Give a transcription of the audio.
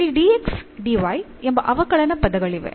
ಇಲ್ಲಿ dx dy ಎಂಬ ಅವಕಲನ ಪದಗಳಿವೆ